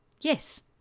yes